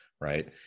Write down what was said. Right